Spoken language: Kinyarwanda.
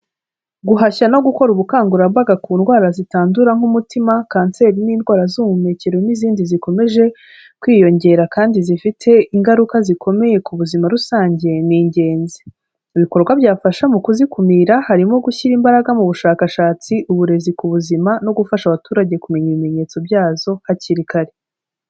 Guhashya no gukora ubukangurambaga ku ndwara zitandura nk'umutima, kanseri, n'indwara z'ubuhumekero, n'izindi zikomeje kwiyongera kandi zifite ingaruka zikomeye ku buzima rusange ni ingenzi. Mu ibikorwa byafasha mu kuzikumira, harimo gushyira imbaraga mu bushakashatsi, uburezi ku buzima, no gufasha abaturage kumenya ibimenyetso byazo hakiri kare.